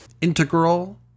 Integral